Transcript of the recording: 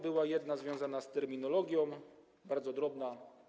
Była jedna związana z terminologią, bardzo drobna.